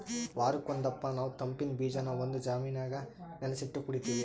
ವಾರುಕ್ ಒಂದಪ್ಪ ನಾವು ತಂಪಿನ್ ಬೀಜಾನ ಒಂದು ಜಾಮಿನಾಗ ನೆನಿಸಿಟ್ಟು ಕುಡೀತೀವಿ